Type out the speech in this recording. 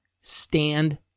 stand